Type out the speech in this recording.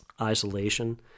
isolation